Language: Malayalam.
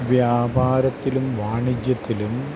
വ്യാപാരത്തിലും വാണിജ്യത്തിലും